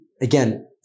again